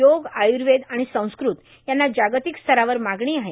योग आय्रर्वेद आणि संस्क्रत यांना जागतिक स्तरावर मागणी आहे